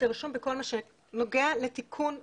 הרישום בכל מה שנוגע לתיקון המרשם.